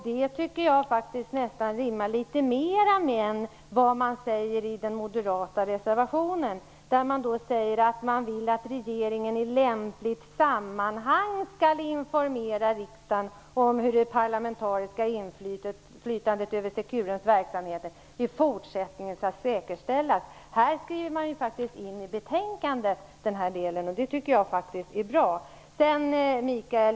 Det tycker jag faktiskt rimmar litet bättre med vad som står i den moderata reservationen, där man säger att man vill att regeringen i lämpligt sammanhang skall informera riksdagen om hur det parlamentariska inflytandet över Securums verksamhet i fortsättningen skall säkerställas. Den här delen är faktiskt inskriven i betänkandet, och det tycker jag är bra.